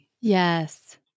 Yes